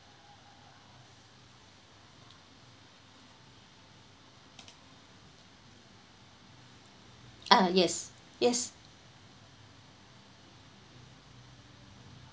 ah yes yes